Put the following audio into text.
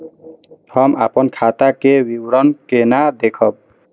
हम अपन खाता के विवरण केना देखब?